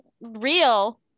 real